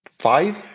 five